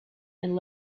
and